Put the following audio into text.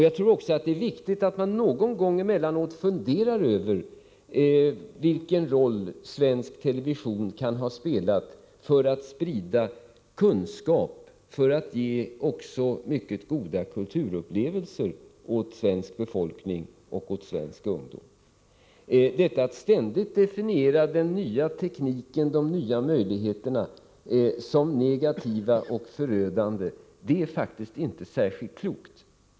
Jag tror också att det är viktigt att man någon gång emellanåt funderar över vilken roll svensk television kan ha spelat för att sprida kunskap och för att ge också mycket goda kulturupplevelser åt svensk befolkning och svensk ungdom. Att ständigt definiera den nya tekniken — de nya möjligheterna — som negativ och förödande är faktiskt inte särskilt klokt.